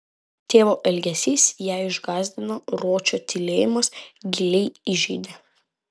tėvo elgesys ją išgąsdino ročo tylėjimas giliai įžeidė